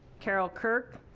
carol kirk.